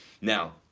now